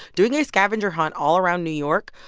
doing a scavenger hunt all around new york,